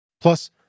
Plus